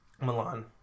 Milan